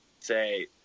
say